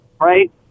Right